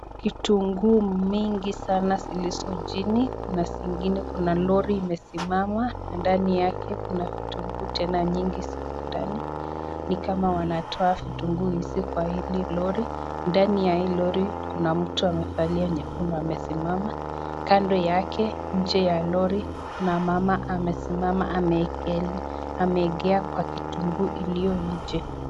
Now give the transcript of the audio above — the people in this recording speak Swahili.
Vitunguu mingi sana zilizo chini. Kuna zingine kuna lori imesimama na ndani yake kuna vitunguu tena nyingi ziko ndani. Ni kama wanatoa vitunguu hizi kwa hili lori. Ndani ya hii lori kuna mtu amevalia nyekundu amesimama. Kando yake nje ya lori kuna mama amesimama, ameegea kwa kitunguu iliyo nje.